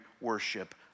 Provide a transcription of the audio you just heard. worship